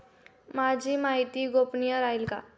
माझी माहिती गोपनीय राहील का?